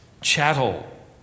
chattel